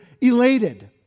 elated